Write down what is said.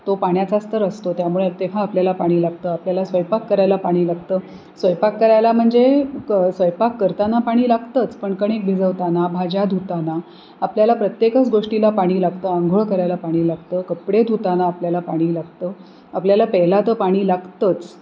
तो पाण्याचाच तर असतो त्यामुळे तेव्हा आपल्याला पाणी लागतं आपल्याला स्वयंपाक करायला पाणी लागतं स्वयंपाक करायला म्हणजे क स्वयंपाक करताना पाणी लागतंच पण कणिक भिजवताना भाज्या धुताना आपल्याला प्रत्येकच गोष्टीला पाणी लागतं अंघोळ करायला पाणी लागतं कपडे धुताना आपल्याला पाणी लागतं आपल्याला प्यायला तर पाणी लागतंच